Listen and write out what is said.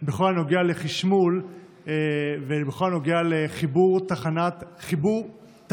בכל הנוגע לחשמול ובכל הנוגע לחיבור טבעת